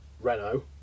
Renault